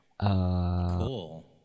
Cool